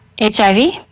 HIV